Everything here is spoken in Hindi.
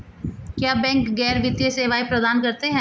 क्या बैंक गैर वित्तीय सेवाएं प्रदान करते हैं?